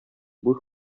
буш